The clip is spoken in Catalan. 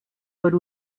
per